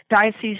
diocese